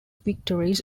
victories